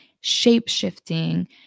shape-shifting